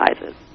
sizes